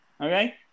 Okay